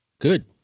Good